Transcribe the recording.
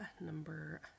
number